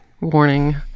warning